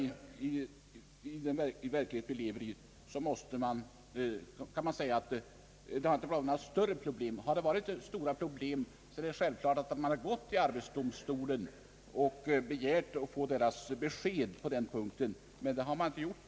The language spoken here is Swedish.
I den verklighet, som vi lever i, har detta inte vållat några större problem. Hade det kommit fram några större problem är det självklart att man gått till arbetsdomstolen och begärt dess besked. Det har man inte gjort.